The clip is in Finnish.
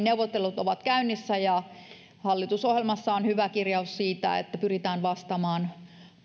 neuvottelut ovat käynnissä ja hallitusohjelmassa on hyvä kirjaus siitä että pyritään vastaamaan